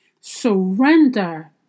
Surrender